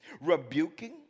rebuking